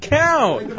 count